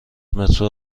مترو